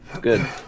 good